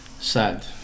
sad